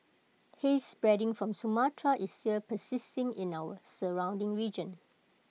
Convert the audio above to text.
haze spreading from Sumatra is still persisting in our surrounding region